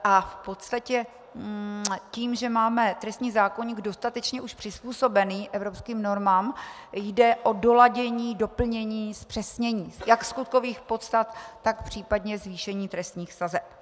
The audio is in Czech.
V podstatě tím, že máme trestní zákoník dostatečně už přizpůsobený evropským normám, jde o doladění, doplnění, zpřesnění jak skutkových podstat, tak případně zvýšení trestních sazeb.